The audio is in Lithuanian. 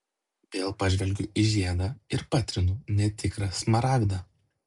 vėl pažvelgiu į žiedą ir patrinu netikrą smaragdą